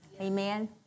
Amen